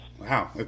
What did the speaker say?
Wow